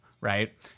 right